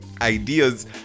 ideas